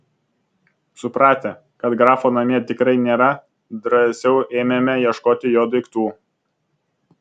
supratę kad grafo namie tikrai nėra drąsiau ėmėme ieškoti jo daiktų